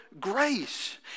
grace